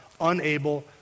unable